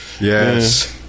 Yes